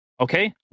Okay